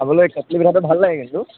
খাবলৈ কেটলি পিঠাটো ভাল লাগে কিন্তু